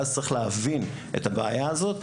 ואז צריך להבין את הבעיה הזו.